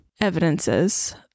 evidences